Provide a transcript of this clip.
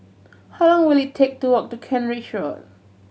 how long will it take to walk to Kent Ridge Road